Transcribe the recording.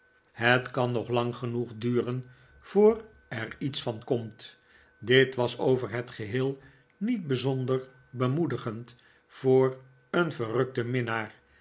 het kan nog lang genoeg duren voor er lets van komt dit was over het geheel niet bijzonder bemoedigend voor een verrukten minnaar